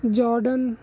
jordan